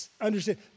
understand